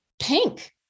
pink